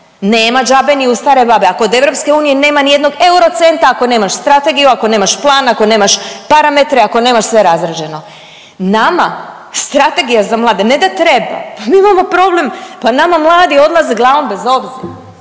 Nema džabe ni u stare babe, a kod EU nema nijednog eurocenta ako nemaš strategiju, ako nemaš plan, ako nemaš parametre, ako nemaš sve razrađeno. Nama strategija za mlade ne da treba, pa mi imamo problem, pa nama mladi odlaze glavom bez obzira,